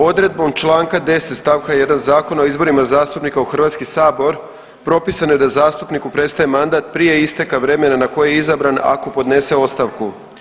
Odredbom Članka 10. stavka 1. Zakona o izborima zastupnika u Hrvatski sabor propisano je da zastupniku prestaje mandat prije isteka vremena na koje je izabran ako podnese ostavku.